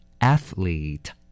Athlete